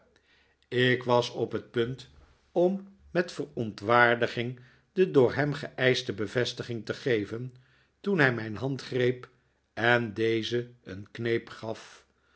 ik was op het punt om met verontwaardiging de door hem geeischte bevestiging te geven toen hij mijn hand greep en deze een kneep gaf